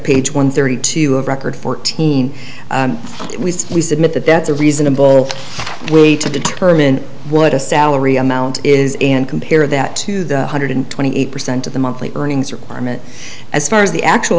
page one thirty two of record fourteen we submit that that's a reasonable way to determine what a salary amount is and compare that to the one hundred twenty eight percent of the monthly earnings requirement as far as the actual